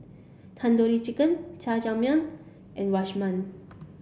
Tandoori Chicken Jajangmyeon and Rajma